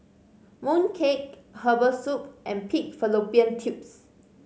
mooncake herbal soup and pig fallopian tubes